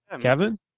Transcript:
Kevin